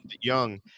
young